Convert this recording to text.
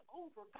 over